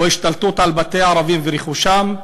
או השתלטות על בתי ערבים ורכושם,